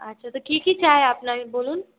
আচ্ছা তো কী কী চাই আপনার বলুন